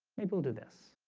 maybe i'll do this